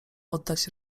oddać